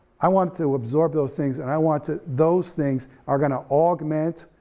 i want to absorb those things and i want to, those things are gonna augment,